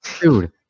Dude